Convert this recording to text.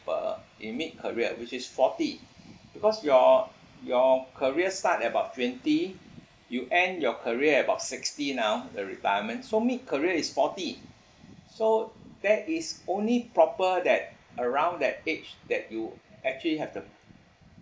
people in mid career which is forty because your your career start about twenty you end your career about sixty now the retirement so mid career is forty so that is only proper that around that age that you actually have the